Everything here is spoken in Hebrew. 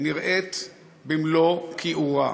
נראית במלוא כיעורה.